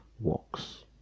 works